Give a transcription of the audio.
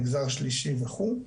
מגזר שלישי וכו'.